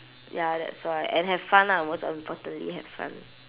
ya that's why and have fun lah most importantly have fun